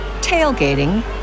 tailgating